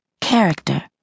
Character